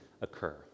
occur